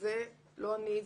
וזה לא אני,